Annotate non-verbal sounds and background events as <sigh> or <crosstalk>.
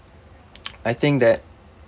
<noise> I think that